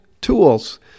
tools